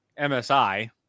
MSI